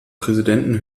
präsidenten